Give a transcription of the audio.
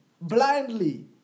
blindly